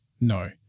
no